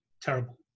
terrible